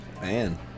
Man